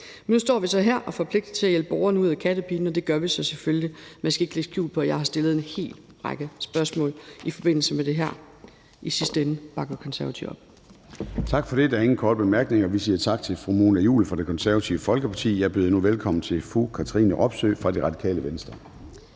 Nu står vi så her og er forpligtet til at hjælpe borgerne ud af kattepinen, og det gør vi så selvfølgelig. Men jeg skal ikke lægge skjul på, at jeg har stillet en hel række spørgsmål i forbindelse med det her. I sidste ende bakker Konservative op. Kl. 11:00 Formanden (Søren Gade): Tak for det. Der er ingen korte bemærkninger. Vi siger tak til fru Mona Juul fra Det Konservative Folkeparti. Jeg byder nu velkommen til fru Katrine Robsøe fra Radikale Venstre.